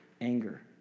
anger